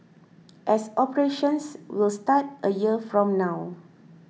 as operations will start a year from now